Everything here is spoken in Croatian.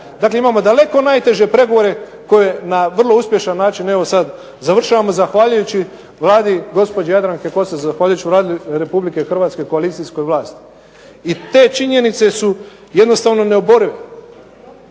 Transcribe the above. Dakle, imamo daleko najteže pregovore koje na vrlo uspješan način evo sad završavamo zahvaljujući Vladi gospođe Jadranke Kosor, zahvaljujući Vladi RH i koalicijskoj vlasti. I te činjenice su jednostavno neoborive.